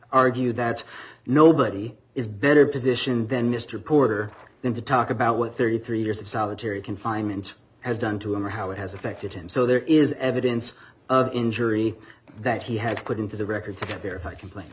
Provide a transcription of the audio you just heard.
argue that nobody is better positioned than mr porter than to talk about what thirty three years of solitary confinement has done to him or how it has affected him so there is evidence of injury that he has put into the record here if i complain